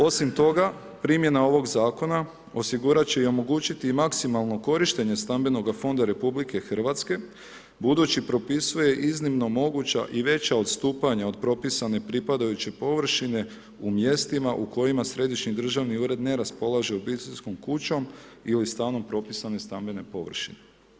Osim toga primjena ovog zakona osigurat će i omogućiti i maksimalno korištenje stambenoga fonda RH, budući propisuje iznimno moguća i veća odstupanja od propisane pripadajuće površine u mjestima u kojima središnji državni ured ne raspolaže obiteljskom kućom ili stanom propisane stambene površine.